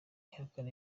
ihakana